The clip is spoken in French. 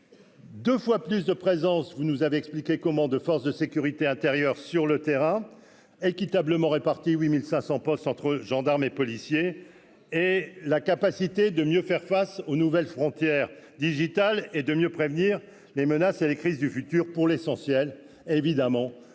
2 fois plus de présence, vous nous avez expliqué comment de forces de sécurité intérieure, sur le terrain équitablement répartis 8500 postes entre gendarmes et policiers et la capacité de mieux faire face aux nouvelles frontières digital et de mieux prévenir les menaces et les crises du futur pour l'essentiel, évidemment